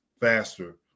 faster